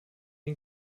den